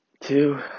Two